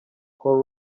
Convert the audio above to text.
call